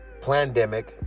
plandemic